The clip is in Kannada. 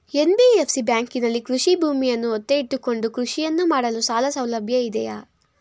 ಎನ್.ಬಿ.ಎಫ್.ಸಿ ಬ್ಯಾಂಕಿನಲ್ಲಿ ಕೃಷಿ ಭೂಮಿಯನ್ನು ಒತ್ತೆ ಇಟ್ಟುಕೊಂಡು ಕೃಷಿಯನ್ನು ಮಾಡಲು ಸಾಲಸೌಲಭ್ಯ ಇದೆಯಾ?